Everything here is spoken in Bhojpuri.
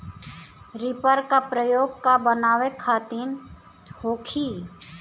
रिपर का प्रयोग का बनावे खातिन होखि?